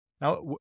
now